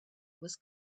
was